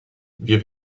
wir